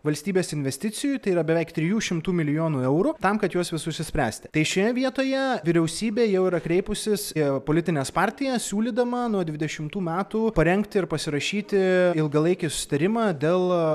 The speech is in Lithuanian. valstybės investicijų tai yra beveik trijų šimtų milijonų eurų tam kad juos visus išspręsti tai šioje vietoje vyriausybė jau yra kreipusis į politines partijas siūlydama nuo dvidešimtų metų parengti ir pasirašyti ilgalaikį susitarimą dėl